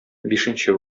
бишенче